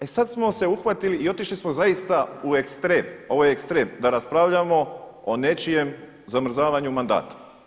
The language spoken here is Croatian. E sada smo se uhvatili i otišli smo zaista u ekstrem, ovo je ekstrem da raspravljamo o nečijem zamrzavanju mandata.